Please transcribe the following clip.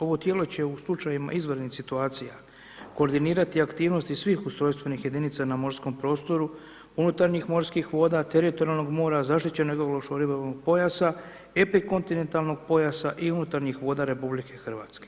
Ovo tijelo će u slučajevima izvanrednih situacija koordinirati aktivnosti svih ustrojstvenih jedinica na morskom prostoru, unutarnjih morskih voda, teritorijalnih mora, zaštićenog ekološko-ribolovnog pojasa, epikontinentalnog pojasa i unutarnjih voda RH.